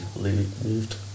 moved